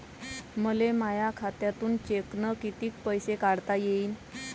मले माया खात्यातून चेकनं कितीक पैसे काढता येईन?